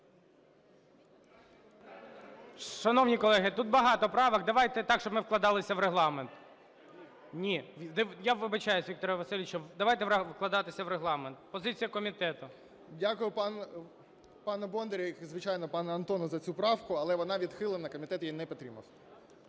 Дякую, пану Бондарю і, звичайно, пану Антону за цю правку, але вона відхилена, комітет її не підтримав.